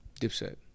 Dipset